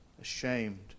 ashamed